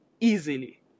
easily